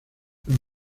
los